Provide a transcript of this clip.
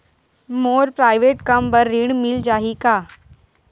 मोर private कम बर ऋण मिल जाही का?